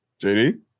JD